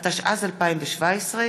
התשע"ז 2017,